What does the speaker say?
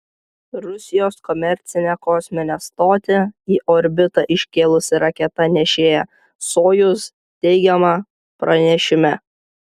rusijos komercinę kosminę stotį į orbitą iškeltų raketa nešėja sojuz teigiama pranešime